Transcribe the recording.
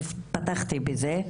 ופתחתי בזה,